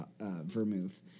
vermouth